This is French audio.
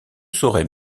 saurait